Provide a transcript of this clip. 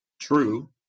true